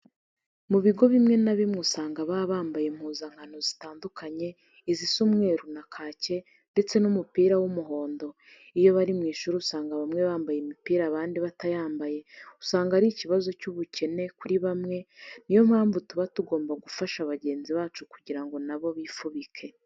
Mu bigo bimwe na bimwe usanga baba bambaye impuzankano zitandukanye, izisa umweru na kake ndetse n'umupira w'umuhondo, iyo bari mu ishuri usanga bamwe bambaye imipira abandi batayambaye, usanga ari ikibazo cy'ubukene kuri bamwe, ni yo mpamvu tuba tugomba gufasha bagenzi bacu kugira ngo na bo bifubike.